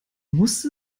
musste